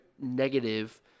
negative